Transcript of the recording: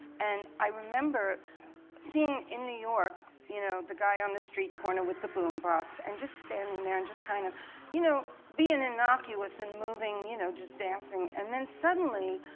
and i remember seeing in new york, you know the guy on the street corner with the boombox, and just standing there and just kind of you know being innocuous and you know just dancing. and then suddenly,